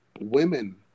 women